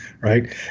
right